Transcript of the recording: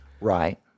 Right